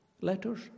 letters